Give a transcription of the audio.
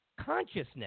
consciousness